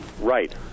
Right